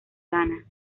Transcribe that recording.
ghana